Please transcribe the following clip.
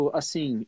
assim